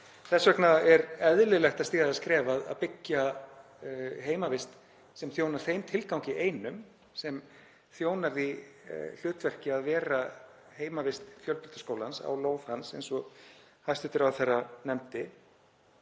Þess vegna er eðlilegt að stíga það skref að byggja heimavist sem þjónar þeim tilgangi einum, sem þjónar því hlutverki að vera heimavist fjölbrautaskólans á lóð hans eins og hæstv. ráðherra nefndi.